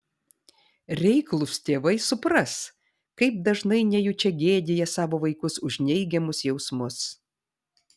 reiklūs tėvai supras kaip dažnai nejučia gėdija savo vaikus už neigiamus jausmus